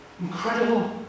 Incredible